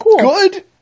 good